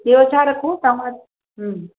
ॿियो छा रखूं तव्हां